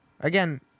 Again